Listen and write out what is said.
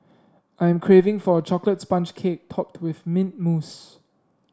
I am craving for a chocolate sponge cake topped with mint mousse